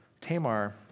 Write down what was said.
Tamar